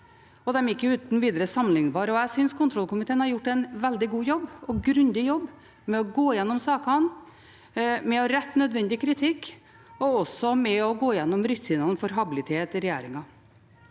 habilitetsregelverk mv. 2643 bare. Jeg synes kontrollkomiteen har gjort en veldig god og grundig jobb med å gå igjennom sakene, med å rette nødvendig kritikk og også med å gå igjennom rutinene for habilitet i regjeringen.